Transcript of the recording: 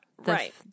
Right